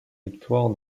victoire